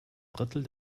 drittel